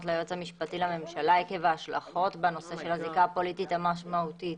ליועץ המשפטי לממשלה עקב ההשלכות בנושא של הזיקה הפוליטית המשמעותית.